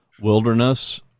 wilderness